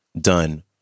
done